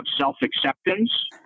self-acceptance